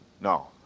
No